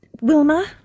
Wilma